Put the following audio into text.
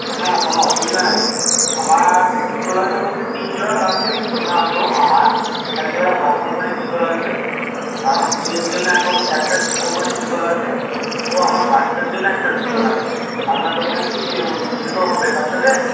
না না কোন অসুবিধা নেই আমার জুতো লাগবে বলতে তিন জোড়া লাগবে প্রধানত আমার এক জোড়া ভালো কোম্পানির জুতো লাগবে আমার স্ত্রীয়ের জন্যে এক একটা কোম্পানির জুতো লাগবে ও আমার বাচ্চার জন্য একটা জুতো লাগবে আপনার দোকানে কি জুতো হবে বাচ্চাদের